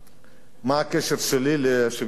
מה הקשר שלי לשוויון בנטל?